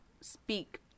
speak